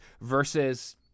versus